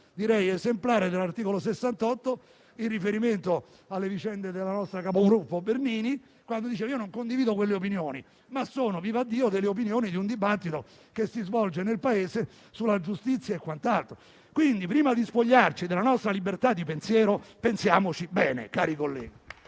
definirei esemplare dell'articolo 68 in riferimento alle vicende della nostra capogruppo Bernini, dicendo che non condivide quelle opinioni, ma sono - viva Dio - delle opinioni di un dibattito che si svolge nel Paese sulla giustizia e quant'altro. Pertanto, prima di spogliarci della nostra libertà di pensiero, riflettiamoci bene, cari colleghi.